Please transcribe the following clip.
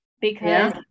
because-